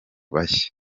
bashya